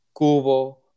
Cubo